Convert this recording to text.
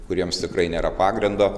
kuriems tikrai nėra pagrindo